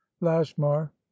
Lashmar